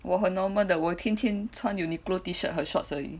我很 normal 的我天天穿 Uniqlo t-shirt 和 shorts 而已